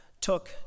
took